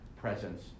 presence